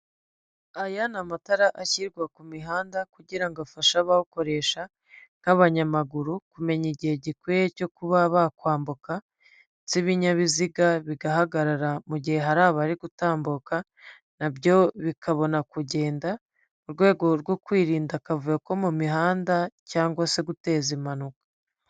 Aya ni amatara ashyirwa ku mihanda kugira ngo afashe abayakoresha, nk'abanyamaguru kumenya igihe gikwiye cyo kuba bakwambuka, z'ibinyabiziga bigahagarara mu gihe hari abari gutambuka, na byo bikabona kugenda, mu rwego rwo kwirinda akavuyo ko mu mihanda cyangwa se guteza impanuka.